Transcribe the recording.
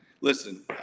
listen